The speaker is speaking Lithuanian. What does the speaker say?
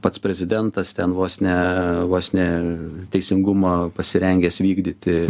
pats prezidentas ten vos ne vos ne teisingumą pasirengęs vykdyti